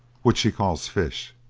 which she calls fish,